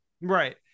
Right